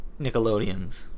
Nickelodeons